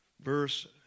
Verse